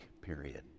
period